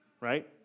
right